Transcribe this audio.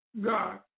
God